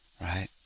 Right